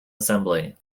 assembly